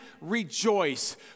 rejoice